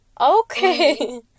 Okay